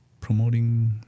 promoting